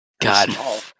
God